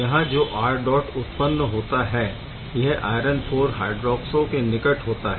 यहाँ जो R dot उत्पन्न होता है यह आयरन IV हय्ड्रोऑक्सो के निकट होता है